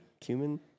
Cumin